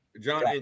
John